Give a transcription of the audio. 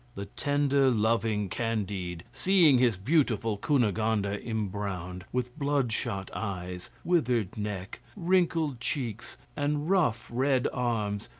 the tender, loving candide, seeing his beautiful cunegonde ah embrowned, with blood-shot eyes, withered neck, wrinkled cheeks, and rough, red arms,